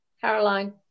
Caroline